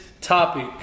topic